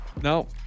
No